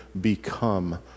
become